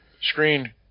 screen